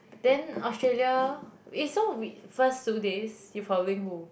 then Australia eh so we first two days you following who